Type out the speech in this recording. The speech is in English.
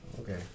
Okay